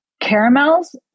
caramels